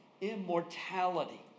immortality